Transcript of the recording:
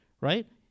right